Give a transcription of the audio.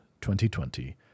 2020